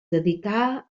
dedicà